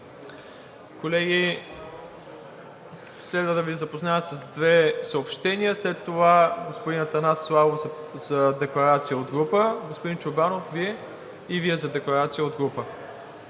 Колеги, следва да Ви запозная с две съобщения, след това господин Атанас Славов за декларация от група. Господин Чорбанов, Вие? И Вие за декларация от група.